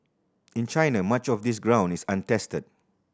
in China much of this ground is untested